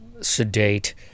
sedate